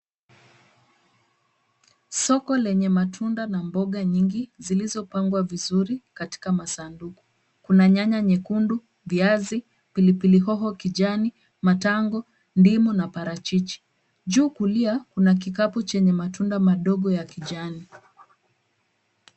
Soko lenye matunda na mboga nyingi zilizopangwa vizuri katika masanduku. Kuna nyanya nyekundu, viazi, pilipili hoho kijani, matango, ndimu na parachichi. Juu kulia kuna kikapu chenye matunda madogo ya kijani.